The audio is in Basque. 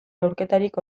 neurketarik